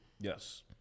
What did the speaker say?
yes